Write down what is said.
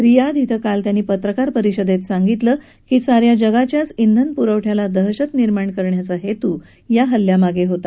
Riyadh क्वें काल त्यांनी पत्रकार परिषदेत सांगितलं की सा या जगाच्याच श्वन पुरवठ्याला दहशत निर्माण करण्याचा हेतू या हल्ल्यामागे होता